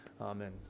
Amen